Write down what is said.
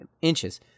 inches